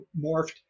morphed